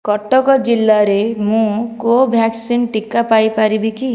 କଟକ ଜିଲ୍ଲାରେ ମୁଁ କୋଭ୍ୟାକ୍ସିନ୍ ଟିକା ପାଇପାରିବି କି